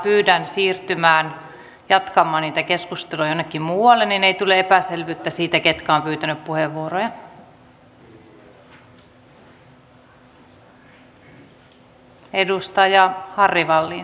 pyydän siirtymään jatkamaan niitä keskusteluja jossakin muualla niin ei tule epäselvyyttä siitä ketkä ovat pyytäneet puheenvuoroja